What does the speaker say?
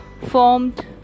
formed